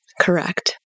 Correct